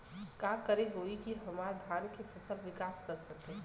का करे होई की हमार धान के फसल विकास कर सके?